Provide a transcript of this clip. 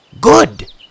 Good